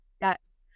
Yes